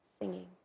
singing